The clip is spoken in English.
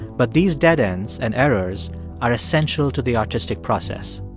but these dead ends and errors are essential to the artistic process